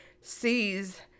sees